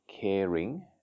caring